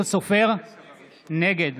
נגד